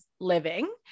living